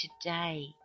today